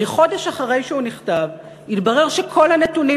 הרי חודש אחרי שהוא נכתב התברר שכל הנתונים